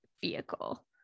vehicle